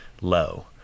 low